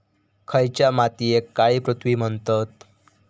खयच्या मातीयेक काळी पृथ्वी म्हणतत?